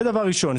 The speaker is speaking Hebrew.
זה דבר ראשון.